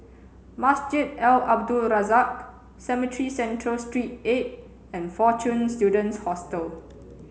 Masjid Al Abdul Razak Cemetry Central Street Eight and Fortune Students Hostel